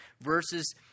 verses